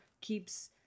keeps